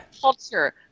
culture